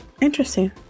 interesting